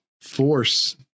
force